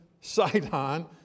Sidon